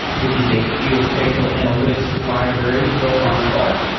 which is a geospatial analytics library built on spark.